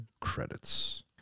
credits